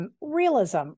Realism